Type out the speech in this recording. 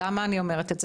למה אני אומרת את זה?